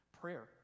Prayer